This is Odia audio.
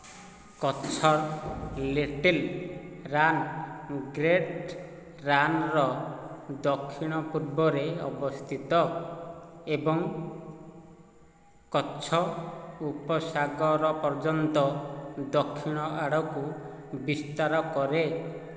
କଚ୍ଛ ଲିଟିଲ୍ ରାନ୍ ଗ୍ରେଟ୍ ରାନ୍ର ଦକ୍ଷିଣ ପୂର୍ବରେ ଅବସ୍ଥିତ ଏବଂ କଚ୍ଛ ଉପସାଗର ପର୍ଯ୍ୟନ୍ତ ଦକ୍ଷିଣ ଆଡ଼କୁ ବିସ୍ତାର କରେ